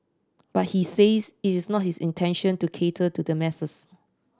but he says it is not his intention to cater to the masses